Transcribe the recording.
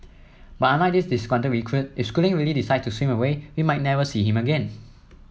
but unlike this disgruntled recruit if schooling really decides to swim away we might never see him again